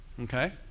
Okay